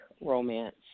romance